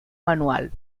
manual